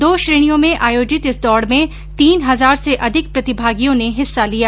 दो श्रेणियोँ में आयोजित इस दौड़ में तीन हजार से अधिक प्रतिभागियों ने हिस्सा लिया